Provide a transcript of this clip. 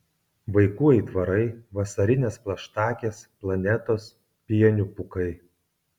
vaikų aitvarai vasarinės plaštakės planetos pienių pūkai